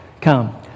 Come